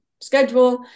schedule